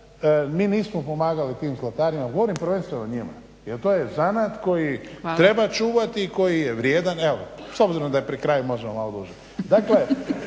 mi nismo pomagali tim zlatarima, govorim prvenstveno o njima, jer to je zanat koji treba čuvati i koji je vrijedan. Evo s obzirom da je pri kraju možemo malo duže. Dakle,